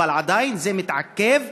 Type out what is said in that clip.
אבל עדיין זה מתעכב,